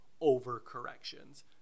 over-corrections